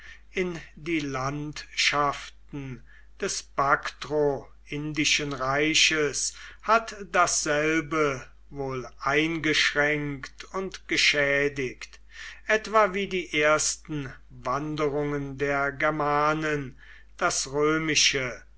in die landschaften des baktro indischen reiches hat dasselbe wohl eingeschränkt und geschädigt etwa wie die ersten wanderungen der germanen das römische